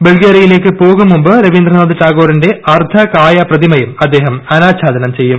ബൾഗേറിയയിലേക്ക് പോകും മുമ്പ് രവീന്ദ്രനാഥ് ടാഗോറിന്റെ അർദ്ധകായ പ്രതിമയും അദ്ദേഹം അനാച്ഛാദനം ചെയ്യും